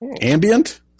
ambient